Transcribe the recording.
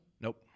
Nope